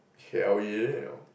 hell yeah